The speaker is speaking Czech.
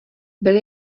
byly